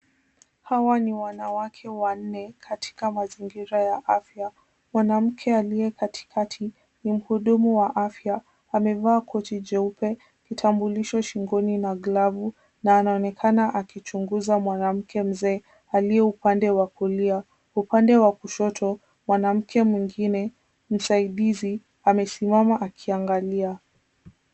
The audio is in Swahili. Hawa ni wanawake wanne katika mazingira ya afya, mwanamke aliye katikati ni mhudumu wa afya amevaa koti jeupe, kitambulisho shingoni na glavu, na anaonekana akichunguza mwanamke mzee aliye upande wa kulia, upande wa kushoto mwanamke mwingine msaidizi amesimama akiangalia.